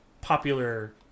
popular